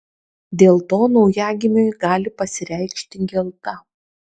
dėl to naujagimiui gali pasireikšti gelta